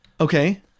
Okay